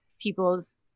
people's